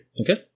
Okay